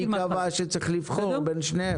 מי קבע שצריך לבחור בין שניהם?